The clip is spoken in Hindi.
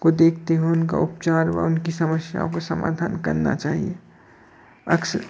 को देखते हुए उनका उपचार व उनकी समस्याओं का समाधान करना चाहिए अक्सर